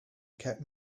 kept